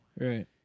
Right